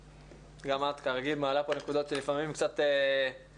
גם את כרגיל מעלה כאן נקודות שלפעמים קצת בלי